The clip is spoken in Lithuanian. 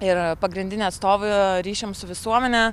ir pagrindinį atstovą ryšiams su visuomene